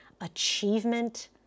achievement